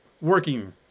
working